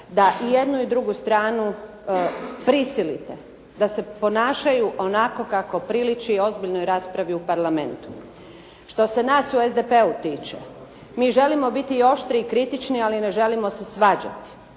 da i jednu i drugu stranu prisilite da se ponašaju onako kako priliči ozbiljnoj raspravi u Parlamentu. Što se nas u SDP-u tiče, mi želimo biti i oštri i kritični, ali ne želimo se svađati.